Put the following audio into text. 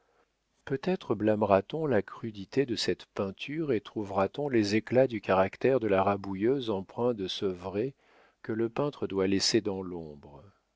peut-être blâmera t on la crudité de cette peinture et trouvera-t-on les éclats du caractère de la rabouilleuse empreints de ce vrai que le peintre doit laisser dans l'ombre